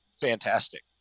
fantastic